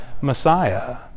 Messiah